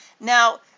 Now